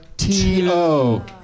T-O